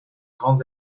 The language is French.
grands